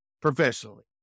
professionally